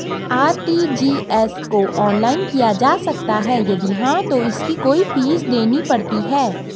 RTGS को online किया जा सकता है यदि हाँ तो इसकी कोई फीस देनी पड़ती है?